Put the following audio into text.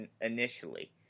initially